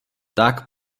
tak